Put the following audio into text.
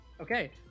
Okay